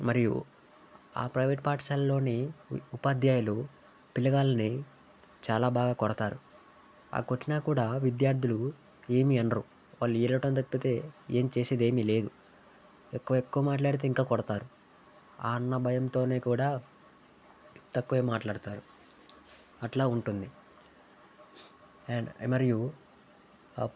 మరియు ఆ ప్రైవేట్ పాఠశాలలోని ఉపాధ్యాయులు పిల్లగాలని చాలా బాగా కొడతారు ఆ కొట్టిన కూడా విద్యార్థులు ఏమి అనరు వాళ్ళు ఏడవటం తప్పితే ఏం చేసేదేమీ లేదు ఎక్కు ఎక్కువ మాట్లాడితే ఇంకా కొడతారు అన్న భయంతోనే కూడా తక్కువే మాట్లాడుతారు అట్లా ఉంటుంది అండ్ మరియు